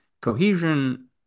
Cohesion